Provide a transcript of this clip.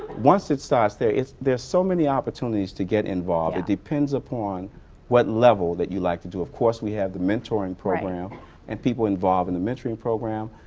once it starts there, there's so many opportunities to get involved. it depends upon what level that you like to do. of course we have the mentoring program and people involved in the mentoring program.